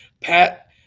Pat